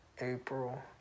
April